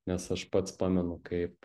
nes aš pats pamenu kaip